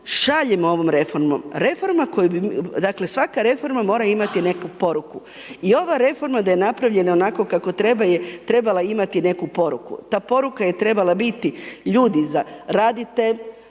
Reforma koju, dakle svaka reforma mora imati neku poruku. I ova reforma da je napravljena onako kako treba je trebala imati neku poruku. Ta poruka je trebala biti, ljudi radite,